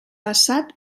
basat